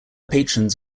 patrons